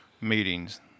meetings